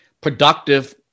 productive